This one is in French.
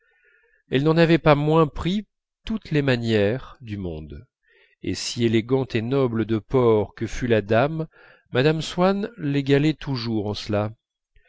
elle n'en avait pas moins pris toutes les manières du monde et si élégante et noble de port que fût la dame mme swann l'égalait toujours en cela